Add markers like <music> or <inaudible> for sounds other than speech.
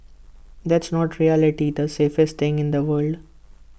that's not really <unintelligible> safest thing in the world